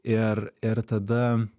ir ir tada